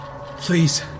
Please